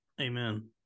Amen